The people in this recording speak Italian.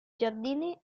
giardini